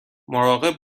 مراقب